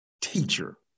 teacher